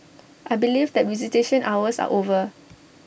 I believe that visitation hours are over